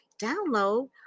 download